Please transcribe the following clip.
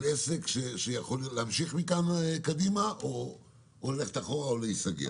עסק שיכול להמשיך מכאן קדימה או ללכת אחורה ולהיסגר.